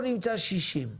כאן הוא נמצא ב-60 אחוזים.